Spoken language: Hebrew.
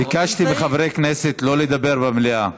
ביקשתי מחברי הכנסת לא לדבר במליאה.